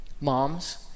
Moms